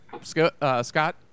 Scott